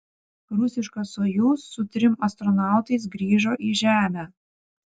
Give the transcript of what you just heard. rusiška sojuz su trim astronautais grįžo į žemę